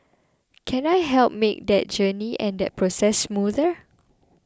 can I help make that journey and that process smoother